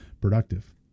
productive